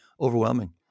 overwhelming